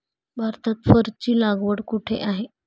भारतात फरची लागवड कुठे आहे?